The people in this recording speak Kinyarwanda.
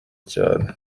cyane